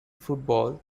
football